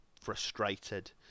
frustrated